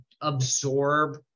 absorb